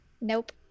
Nope